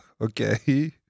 Okay